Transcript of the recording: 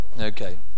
okay